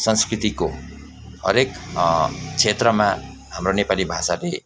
संस्कृतिको हरेक क्षेत्रमा हाम्रो नेपाली भाषाले